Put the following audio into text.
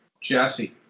Jesse